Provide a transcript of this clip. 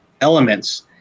Elements